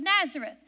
Nazareth